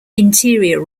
interior